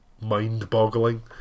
mind-boggling